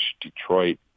Detroit